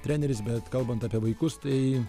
treneris bet kalbant apie vaikus tai